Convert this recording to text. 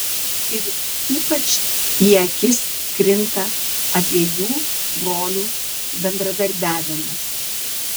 ir ypač į akis krinta abiejų brolių bendradarbiavimas